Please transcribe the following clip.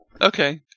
Okay